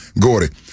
Gordy